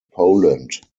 poland